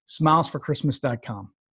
smilesforchristmas.com